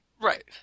Right